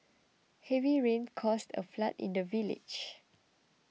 heavy rains caused a flood in the village